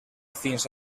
fins